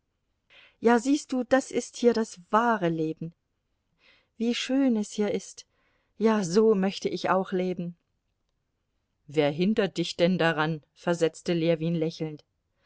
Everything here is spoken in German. ja siehst du das ist hier das wahre leben wie schön es hier ist ja so möchte ich auch leben wer hindert dich denn daran versetzte ljewin lächelnd